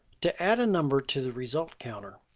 to add a number to the result counter,